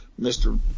Mr